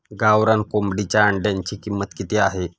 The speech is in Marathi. गावरान कोंबडीच्या अंड्याची किंमत किती आहे?